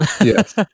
Yes